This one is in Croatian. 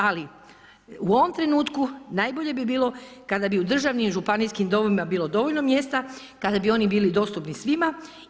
Ali u ovom trenutku najbolje bi bilo kada bi u državnim i županijskim domovima bilo dovoljno mjesta, kada bi oni bili dostupni svima.